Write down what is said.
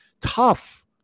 Tough